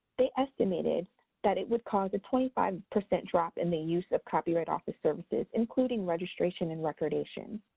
they estimated that it would cause a twenty five percent drop in the use of copyright office services, including registration and recordation.